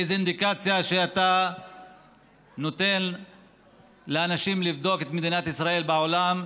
איזו אינדיקציה אתה נותן לאנשים כדי לבדוק את מדינת ישראל בעולם,